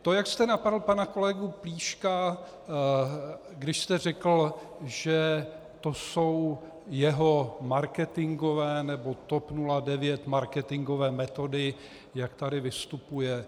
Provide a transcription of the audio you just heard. To, jak jste napadl pana kolegu Plíška, když jste řekl, že to jsou jeho marketingové nebo TOP 09 marketingové metody, jak tady vystupuje.